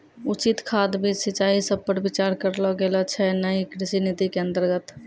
उचित खाद, बीज, सिंचाई सब पर विचार करलो गेलो छै नयी कृषि नीति के अन्तर्गत